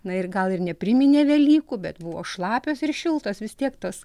na ir gal ir nepriminė velykų bet buvo šlapios ir šiltos vis tiek tos